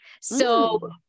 so-